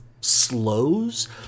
slows